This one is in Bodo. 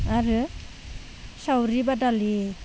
आरो सावरि बादालि